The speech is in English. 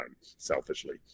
selfishly